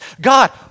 God